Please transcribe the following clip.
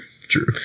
True